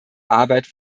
arbeit